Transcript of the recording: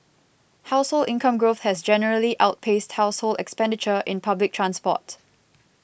household income growth has generally outpaced household expenditure in public transport